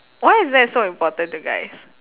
why is that so important to guys